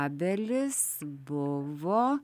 abelis buvo